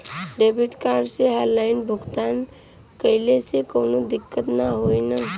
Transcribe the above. Debit card से online भुगतान कइले से काउनो दिक्कत ना होई न?